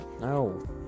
No